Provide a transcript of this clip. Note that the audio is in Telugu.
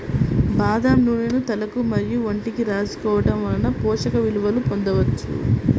బాదం నూనెను తలకు మరియు ఒంటికి రాసుకోవడం వలన పోషక విలువలను పొందవచ్చు